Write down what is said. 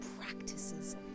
practices